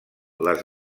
les